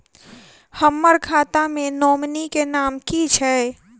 हम्मर खाता मे नॉमनी केँ नाम की छैय